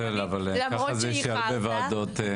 אני מתנצל, אני רץ בין וועדות.